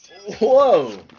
Whoa